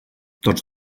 tots